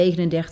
39